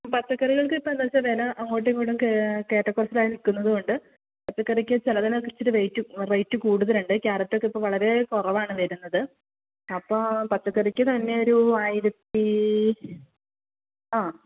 പച്ചക്കറികൾക്ക് ഇപ്പോൾ എന്നു വച്ചാൽ വില അങ്ങോട്ടും ഇങ്ങോട്ടും കേറ്റ കുറച്ചിലായി നിക്കുന്നതു കൊണ്ട് പച്ചക്കറിക്ക് ചിലതിനൊക്കെ ഇത്തിരി റെയിറ്റ് റേറ്റ് കൂടുതലുണ്ട് കാരറ്റൊക്കെ ഇപ്പോൾ വളരെ കുറവാണ് വരുന്നത് അപ്പോൾ പച്ചക്കറിക്ക് തന്നെ ഒരു ആയിരത്തി ആ